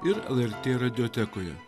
ir lrt radiotekoje